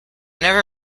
never